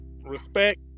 respect